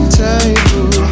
table